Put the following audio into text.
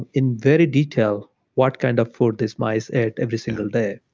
in very detail what kind of food these mice ate every single day.